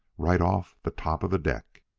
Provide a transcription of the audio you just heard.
right off the top of the deck.